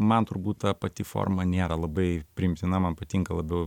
man turbūt ta pati forma nėra labai priimtina man patinka labiau